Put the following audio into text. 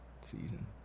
season